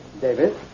David